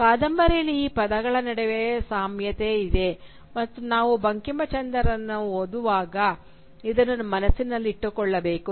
ಕಾದಂಬರಿಯಲ್ಲಿ ಈ ಪದಗಳ ನಡುವೆ ಸಾಮ್ಯತೆ ಇದೆ ಮತ್ತು ನಾವು ಬಂಕಿಂಚಂದ್ರರನ್ನು ಓದುವಾಗ ಇದನ್ನು ಮನಸ್ಸಿನಲ್ಲಿಟ್ಟುಕೊಳ್ಳಬೇಕು